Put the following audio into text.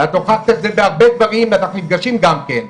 הוכחת את זה בהרבה דברים ואנחנו גם נפגשים,